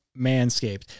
Manscaped